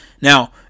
Now